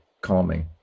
calming